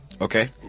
Okay